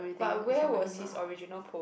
but where was his original post